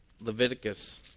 Leviticus